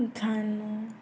ଧାନ